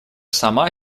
сама